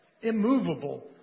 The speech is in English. immovable